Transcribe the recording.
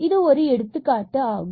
இது ஒரு எடுத்துக்காட்டு ஆகும்